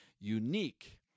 Unique